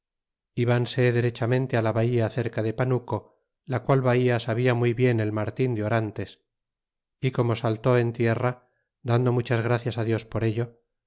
y vnse derechamente la bahía cerca de panuco la qual bahía sabia muy bien el martin de orantes y como saltó en tierra dando muchas gracias dios por ello